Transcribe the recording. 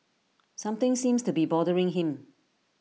something seems to be bothering him